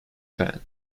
fan